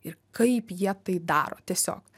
ir kaip jie tai daro tiesiog